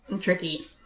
Tricky